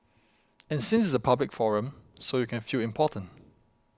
and since it's a public forum so you can feel important